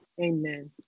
amen